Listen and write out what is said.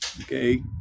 okay